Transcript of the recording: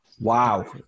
Wow